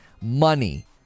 money